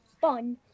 fun